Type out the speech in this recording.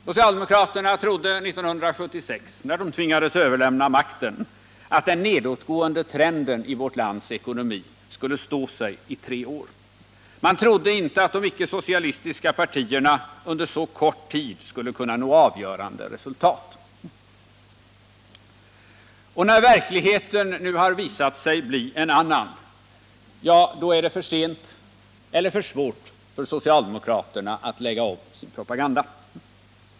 Socialdemokraterna trodde 1976 — när de tvingades överlämna makten — att den nedåtgående trenden i vårt lands ekonomi skulle stå sig i tre år. De trodde inte att de icke-socialistiska partierna på så kort tid skulle kunna nå avgörande resultat. Och när verkligheten nu har. visat sig bli en annan, ja, då är det för sent eller för svårt för socialdemokraterna att lägga om sin propaganda.